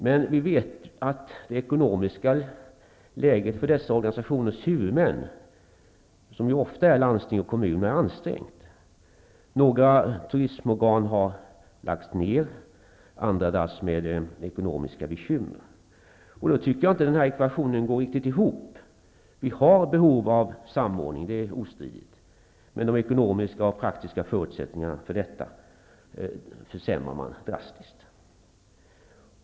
Vi vet emellertid att det eknomiska läget för dessa organisationers huvudmän, som ju ofta är landsting och kommuner, är ansträngt. Några turismorgan har lagts ned. Andra dras med ekonomiska bekymmer. Då tycker jag att den här ekvationen inte går riktigt ihop. Vi har behov av samordning, det är ostridigt. Men de ekonomiska och praktiska förutsättningarna för detta försämras drastiskt.